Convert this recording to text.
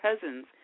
cousins